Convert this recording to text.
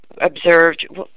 observed